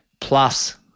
plus